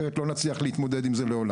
אחרת לא נצליח להתמודד עם זה לעולם.